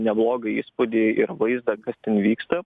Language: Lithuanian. neblogą įspūdį ir vaizdą kas ten vyksta